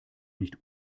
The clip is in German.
nicht